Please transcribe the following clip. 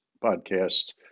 podcast